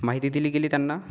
माहिती दिली गेली त्यांना